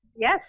Yes